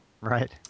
right